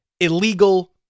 illegal